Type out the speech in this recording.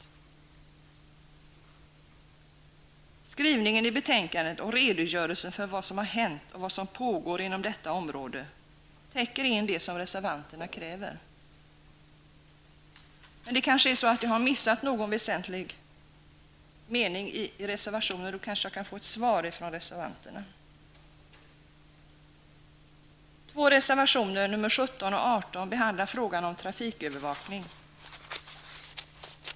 Utskottets skrivning och redogörelse för vad som hänt och vad som pågår inom detta område täcker in det som reservanterna kräver. Men jag har kanske missat någon väsentlig mening i reservationen, och då kan jag kanske få ett svar från reservanterna. Två reservationer, 17 och 18, behandlar frågan om trafikövervakning.